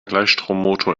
gleichstrommotor